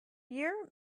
year